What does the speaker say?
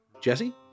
Jesse